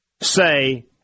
say